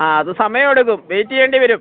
ആ അത് സമയം എടുക്കും വെയ്റ്റ് ചെയ്യേണ്ടിവരും